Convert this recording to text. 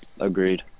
Agreed